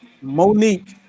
Monique